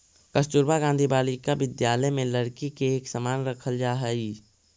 कस्तूरबा गांधी बालिका विद्यालय में लड़की के एक समान रखल जा हइ